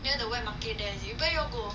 near the wet market there is it where you all go